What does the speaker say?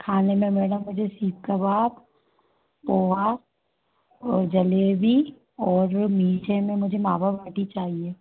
खाने में मैडम मुझे सिक कबाब पोहा और जलेबी और मीठे में मुझे मावा बाटी चाहिए